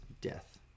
death